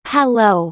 Hello